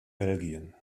belgien